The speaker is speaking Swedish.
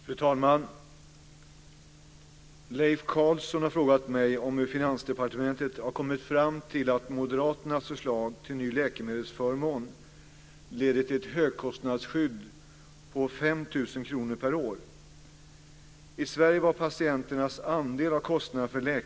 Fru talman! Leif Carlson har frågat mig hur Finansdepartementet har kommit fram till att moderaternas förslag till ny läkemedelsförmån leder till ett högkostnadsskydd på 5 000 kr per år.